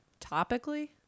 topically